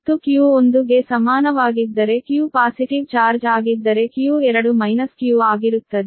ಮತ್ತು q1 ಗೆ ಸಮಾನವಾಗಿದ್ದರೆ q ಪಾಸಿಟಿವ್ ಚಾರ್ಜ್ ಆಗಿದ್ದರೆ q2 ಮೈನಸ್ q ಆಗಿರುತ್ತದೆ